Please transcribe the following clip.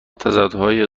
تضادهای